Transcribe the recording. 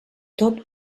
tot